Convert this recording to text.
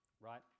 right